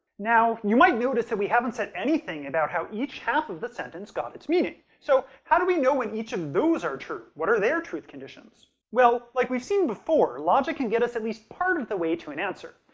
now, you might notice that we haven't said anything about how each half of this sentence got its meaning. so, how do we know when each of those are true? what are their truth conditions? well, like we've seen before, logic can get us at least part of the way to an answer.